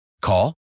Call